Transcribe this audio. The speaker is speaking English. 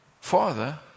Father